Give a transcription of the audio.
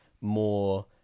more